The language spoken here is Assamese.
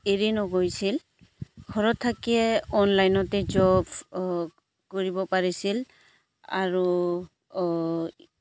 এৰি নগৈছিল ঘৰত থাকিয়ে অনলাইনতে জব কৰিব পাৰিছিল আৰু